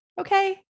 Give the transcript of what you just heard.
Okay